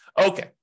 Okay